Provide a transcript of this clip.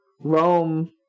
Rome